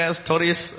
stories